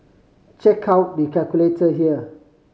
check out the calculator here